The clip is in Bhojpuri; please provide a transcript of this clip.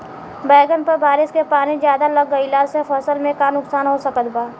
बैंगन पर बारिश के पानी ज्यादा लग गईला से फसल में का नुकसान हो सकत बा?